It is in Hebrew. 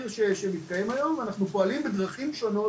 שמתקיים היום ואנחנו פועלים בדרכים שונות,